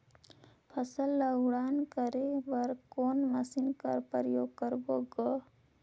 फसल ल उड़ान करे बर कोन मशीन कर प्रयोग करबो ग?